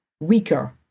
weaker